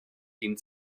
den